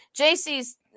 JC's